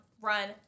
Run